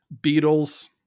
Beatles